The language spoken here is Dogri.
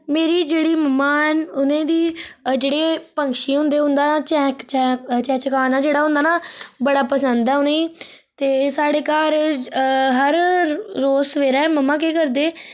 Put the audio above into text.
मेरी जेह्ड़ी मम्मा हैन उनेंगी जेह्ड़े पक्षी होंदे उंदा चैहक चैहक चहचकान जेह्ड़ा होदा ना बड़ा पसंद ऐ उनेंगी ते स्हाड़े घर हर रोज सवेरे मम्मा केह् करदे